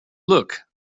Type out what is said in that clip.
look